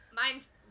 Mine's